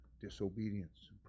disobedience